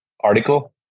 article